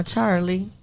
Charlie